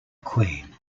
queen